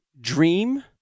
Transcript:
dream